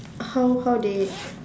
how how they